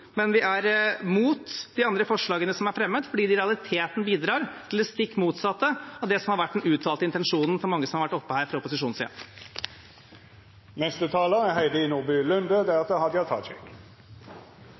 men vi er mot de andre forslagene som er fremmet, fordi de i realiteten bidrar til det stikk motsatte av det som har vært den uttalte intensjonen til mange av dem som har vært oppe her fra opposisjonssiden. Det at vi har et godt regulert arbeidsmarked, er